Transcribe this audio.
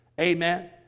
Amen